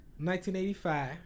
1985